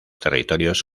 territorios